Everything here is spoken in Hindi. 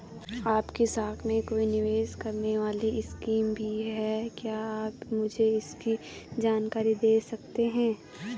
आपकी शाखा में कोई निवेश करने वाली स्कीम भी है क्या आप मुझे इसकी जानकारी दें सकते हैं?